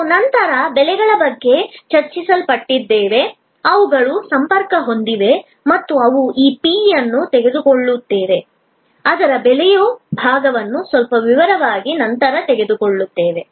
ನಾವು ನಂತರ ಬೆಲೆಗಳ ಬಗ್ಗೆ ಚರ್ಚಿಸಲ್ಪಟ್ಟಿದ್ದೇವೆ ಅವುಗಳು ಸಂಪರ್ಕ ಹೊಂದಿವೆ ಮತ್ತು ನಾವು ಈ p ಅನ್ನು ತೆಗೆದುಕೊಳ್ಳುತ್ತೇವೆ ಅದರ ಬೆಲೆಯ ಭಾಗವನ್ನು ಸ್ವಲ್ಪ ವಿವರವಾಗಿ ನಂತರ ತೆಗೆದುಕೊಳ್ಳುತ್ತೇವೆ